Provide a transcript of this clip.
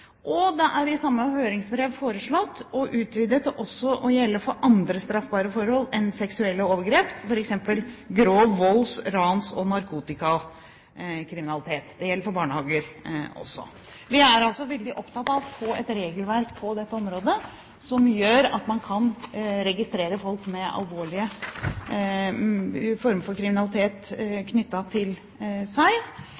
Det er i samme høringsbrev foreslått utvidet til også å gjelde for andre straffbare forhold enn seksuelle overgrep, f.eks. grov vold, ran og narkotikakriminalitet. Det gjelder også for barnehager. Vi er altså veldig opptatt av å få et regelverk på dette området som gjør at man kan registrere folk som har begått alvorlige former for kriminalitet.